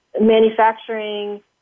manufacturing